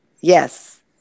Yes